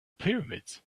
pyramids